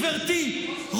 גברתי,